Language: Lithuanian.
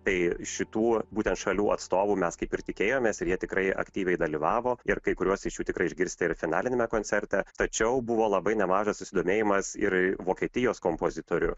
tai šitų būtent šalių atstovų mes kaip ir tikėjomės ir jie tikrai aktyviai dalyvavo ir kai kuriuos iš jų tikrai išgirsite ir finaliniame koncerte tačiau buvo labai nemažas susidomėjimas ir vokietijos kompozitorių